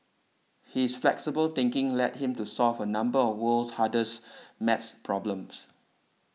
his flexible thinking led him to solve a number of the world's hardest math problems